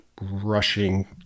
rushing